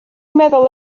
meddwl